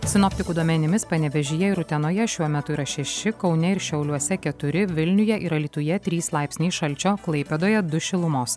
sinoptikų duomenimis panevėžyje ir utenoje šiuo metu yra šeši kaune ir šiauliuose keturi vilniuje ir alytuje trys laipsniai šalčio klaipėdoje du šilumos